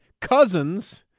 cousins